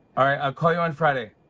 i'll call you on friday.